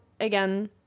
again